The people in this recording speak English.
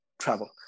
travel